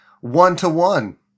one-to-one